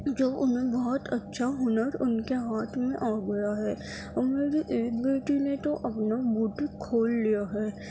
جو انہوں بہت اچھا ہنر ان کے ہاتھ میں آ گیا ہے اب میری ایک بیٹی نے تو اپنا بوٹک کھول لیا ہے